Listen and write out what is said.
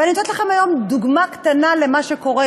אבל אני נותנת לכם היום דוגמה קטנה למה שקורה.